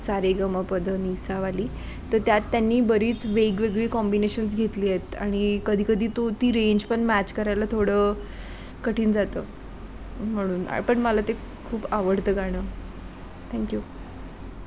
सारेगमपधनिसावाली तर त्यात त्यांनी बरीच वेगवेगळी कॉम्बिनेशन्स घेतली आहेत आणि कधी कधी तो ती रेंज पण मॅच करायला थोडं कठीण जातं म्हणून पण मला ते खूप आवडतं गाणं थँक्यू